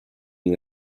you